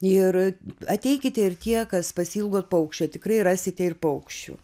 ir ateikite ir tie kas pasiilgot paukščio tikrai rasite ir paukščių